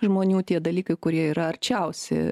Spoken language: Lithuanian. žmonių tie dalykai kurie yra arčiausi